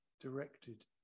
directed